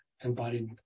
embodied